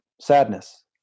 sadness